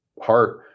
heart